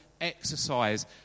exercise